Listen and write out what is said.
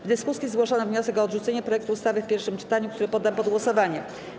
W dyskusji zgłoszono wniosek o odrzucenie projektu ustawy w pierwszym czytaniu, który poddam pod głosowanie.